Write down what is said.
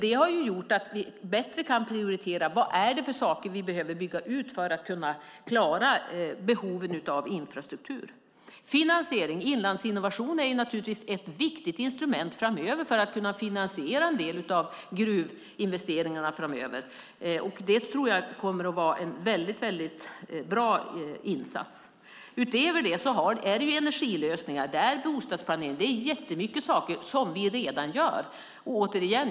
Det har gjort att vi bättre kan prioritera vad det är för saker vi behöver bygga ut för att klara behoven av infrastruktur. Sedan är det frågan om finansiering. Inlandsinnovation AB är naturligtvis ett viktigt instrument framöver för att kunna finansiera en del av gruvinvesteringarna framöver. Det tror jag kommer att vara en bra insats. Utöver detta är det fråga om energilösningar och bostadsplanering. Det finns många saker som vi redan gör.